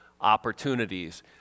opportunities